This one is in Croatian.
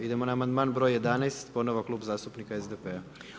Idemo na amandman br. 11. ponovno Klub zastupnika SDP-a.